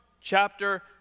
chapter